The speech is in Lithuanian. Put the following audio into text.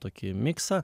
tokį miksą